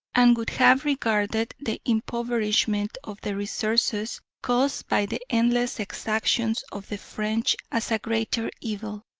and would have regarded the impoverishment of their resources caused by the endless exactions of the french as a greater evil,